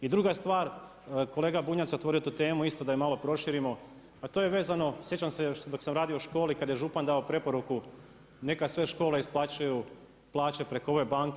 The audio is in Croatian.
I druga stvar, kolega Bunjac otvorio tu temu, isto da ju malo proširimo, a to je vezano, sjećam se još dok sam radio u školi kad je župan dao preporuku, neka sve škole isplaćuju plaće preko ove banke.